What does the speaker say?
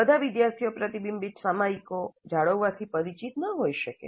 બધા વિદ્યાર્થીઓ પ્રતિબિંબીત સામયિકો જાળવવાથી પરિચિત ન હોઈ શકે